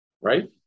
Right